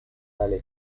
dalle